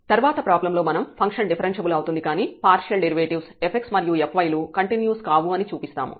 తర్వాత ప్రాబ్లం లో మనం ఫంక్షన్ డిఫరెన్ష్యబుల్ అవుతుంది కానీ పార్షియల్ డెరివేటివ్స్ fx మరియు fy లు కంటిన్యూస్ కావు అని చూపిస్తాము